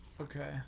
Okay